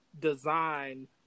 design